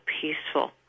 peaceful